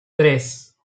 tres